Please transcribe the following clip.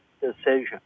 decision